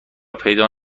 پیدا